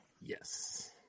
Yes